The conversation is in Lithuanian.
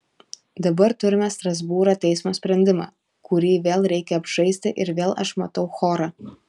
dabar turime strasbūro teismo sprendimą kurį vėl reikia apžaisti ir vėl aš matau chorą